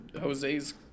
Jose's